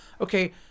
Okay